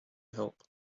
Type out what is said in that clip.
help